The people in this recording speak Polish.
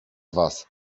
was